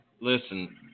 listen